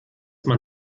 man